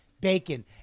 bacon